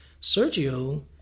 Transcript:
Sergio